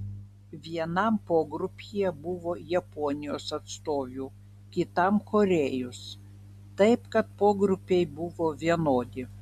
vienam pogrupyje buvo japonijos atstovių kitam korėjos taip kad pogrupiai buvo vienodi